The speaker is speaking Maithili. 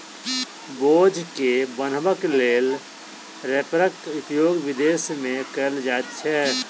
बोझ के बन्हबाक लेल रैपरक उपयोग विदेश मे कयल जाइत छै